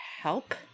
help